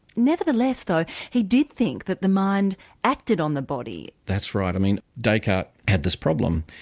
nevertheless though he did think that the mind acted on the body. that's right. i mean descartes had this problem,